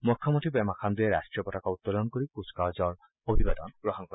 মুখ্যমন্ত্ৰী পেমা খাণ্ডুৱে ৰাষ্ট্ৰীয় পতাকা উত্তোলন কৰি কুচকাৱাজৰ অভিবাদন গ্ৰহণ কৰে